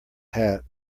hat